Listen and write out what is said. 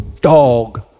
dog